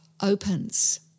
opens